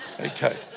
Okay